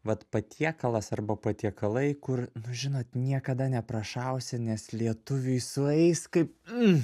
vat patiekalas arba patiekalai kur nu žinot niekada neprašausi nes lietuviui sueis kaip